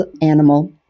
animal